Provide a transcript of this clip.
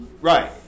right